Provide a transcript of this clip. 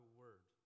word